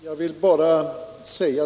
Herr talman!